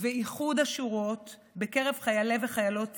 ולאיחוד השורות בקרב חיילי וחיילות צה"ל,